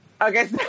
Okay